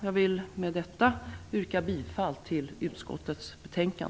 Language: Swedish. Jag vill med detta yrka bifall utskottets hemställan.